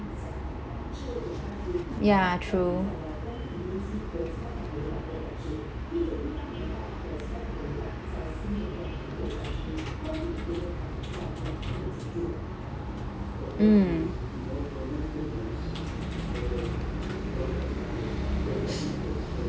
ya true mm